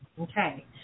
Okay